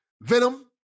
Venom